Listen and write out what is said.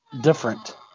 different